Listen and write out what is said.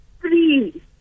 Three